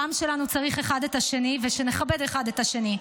העם שלנו צריך אחד את השני ושנכבד אחד את השני.